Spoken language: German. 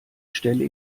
stelle